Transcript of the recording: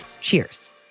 Cheers